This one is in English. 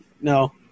No